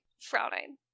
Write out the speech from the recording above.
frowning